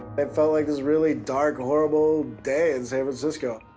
it felt like it was really dark horrible day in san francisco.